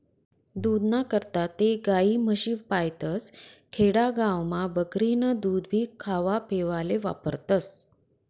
दूधना करता ते गायी, म्हशी पायतस, खेडा गावमा बकरीनं दूधभी खावापेवाले वापरतस